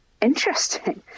interesting